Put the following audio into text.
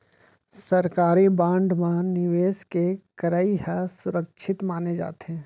सरकारी बांड म निवेस के करई ह सुरक्छित माने जाथे